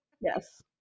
Yes